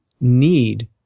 need